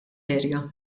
area